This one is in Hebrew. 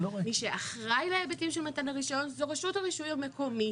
מי שאחראי להיבטים של מתן הרישיון זה רשות הרישוי המקומית.